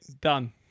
done